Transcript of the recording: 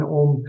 om